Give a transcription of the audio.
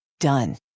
done